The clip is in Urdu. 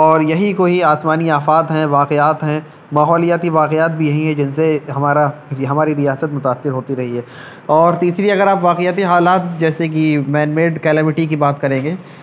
اور یہی کوئی آسمانی آفات ہیں واقعات ہیں ماحولیاتی واقعات بھی یہی ہیں جن سے ہمارا ہماری ریاست متاثر ہوتی رہی ہے اور تیسری اگر آپ واقعاتی حالات جیسے کہ مین میڈ کلیمٹی کی بات کریں گے